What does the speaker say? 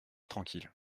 tranquille